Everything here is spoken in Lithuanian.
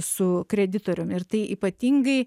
su kreditorium ir tai ypatingai